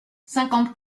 cinquante